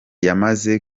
yamaze